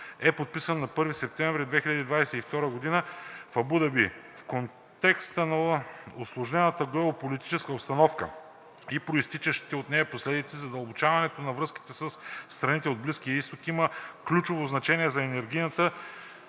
е подписан на 1 септември 2022 г. в Абу Даби. В контекста на усложнената геополитическа обстановка и произтичащите от нея последици задълбочаването на връзките със страните от Близкия изток има ключово значение за енергийната,